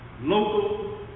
local